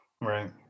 Right